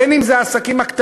בין אם זה העסקים הקטנים,